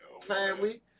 family